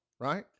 right